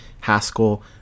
Haskell